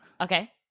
Okay